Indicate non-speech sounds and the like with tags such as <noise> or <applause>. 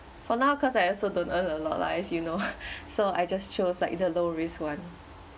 for now cause I also don't earn a lot lah as you know <laughs> so I just chose like the low risk one